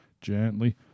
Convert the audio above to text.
gently